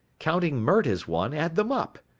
counting mert as one, add them up.